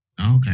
Okay